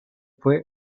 fue